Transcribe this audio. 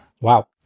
Wow